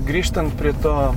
grįžtant prie to